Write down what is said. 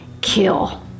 kill